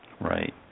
Right